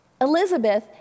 Elizabeth